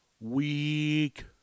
Weak